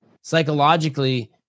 psychologically